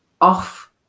off